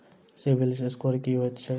CIBIL score की होइत छैक?